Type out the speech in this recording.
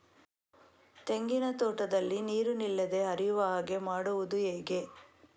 ತೆಂಗಿನ ತೋಟದಲ್ಲಿ ನೀರು ನಿಲ್ಲದೆ ಹರಿಯುವ ಹಾಗೆ ಮಾಡುವುದು ಹೇಗೆ?